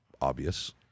obvious